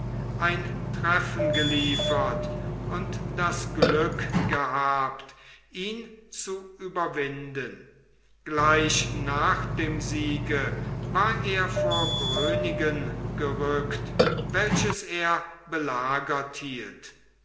ein treffen geliefert und das glück gehabt ihn zu überwinden gleich nach dem siege war er vor gröningen gerückt welches er belagert hielt